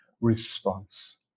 response